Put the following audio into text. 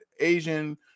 Asian